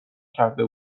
کرده